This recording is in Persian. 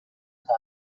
تنها